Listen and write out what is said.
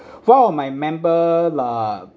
one of my member uh